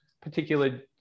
particular